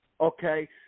okay